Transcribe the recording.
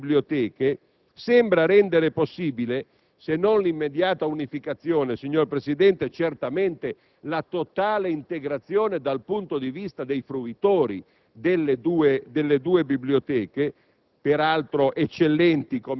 delle attuali due Biblioteche sembrano rendere possibile, se non l'immediata unificazione, certamente la totale integrazione dal punto di vista dei fruitori delle due Biblioteche